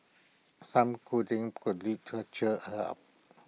some cuddling could cheer her up